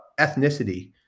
ethnicity